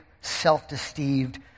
self-deceived